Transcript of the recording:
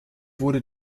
wurde